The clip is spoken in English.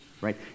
right